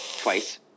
twice